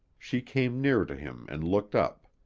she came near to him and looked up.